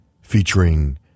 featuring